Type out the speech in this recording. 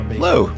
Hello